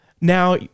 now